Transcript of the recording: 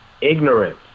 ignorance